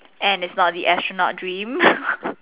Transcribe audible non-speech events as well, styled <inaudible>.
and it's not the astronaut dream <laughs>